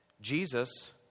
Jesus